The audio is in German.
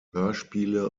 hörspiele